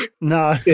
No